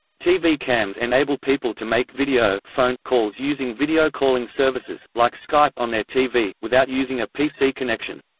tv cams enable people to make video phone calls using video calling services, like skype on their tv, without using a pc connection.